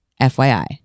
FYI